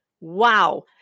Wow